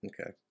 Okay